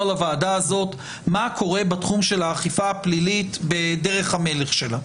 לוועדה הזאת מה קורה בתחום של האכיפה הפלילית בדרך המלך שלה.